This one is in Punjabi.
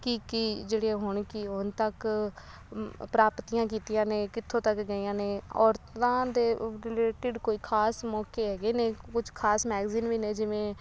ਕੀ ਕੀ ਜਿਹੜੇ ਉਹ ਹੋਣ ਕੀ ਹੁਣ ਤੱਕ ਪ੍ਰਾਪਤੀਆਂ ਕੀਤੀਆਂ ਨੇ ਕਿੱਥੋਂ ਤੱਕ ਗਈਆਂ ਨੇ ਔਰਤਾਂ ਦੇ ਰਿਲੇਟਡ ਕੋਈ ਖ਼ਾਸ ਮੌਕੇ ਹੈਗੇ ਨੇ ਕੁਛ ਖ਼ਾਸ ਮੈਗਜ਼ੀਨ ਵੀ ਨੇ ਜਿਵੇਂ